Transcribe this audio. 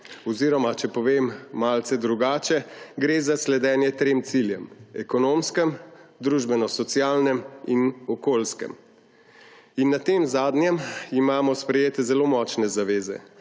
oziroma če povem malce drugače, gre za sledenje trem ciljem: ekonomskemu, družbeno-socialnemu in okoljskemu. In na tem zadnjem imamo sprejete zelo močne zaveze: